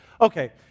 Okay